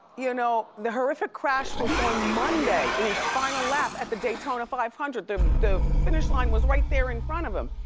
you know the horrific crash was on monday in his final lap at the daytona five hundred. the the finish line was right there in front of him.